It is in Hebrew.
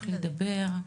תוכלי לדבר.